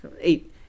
Eight